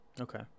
okay